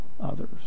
others